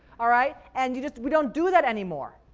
alright? and you just, we don't do that anymore.